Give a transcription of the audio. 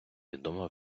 відома